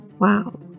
Wow